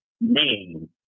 name